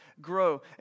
Grow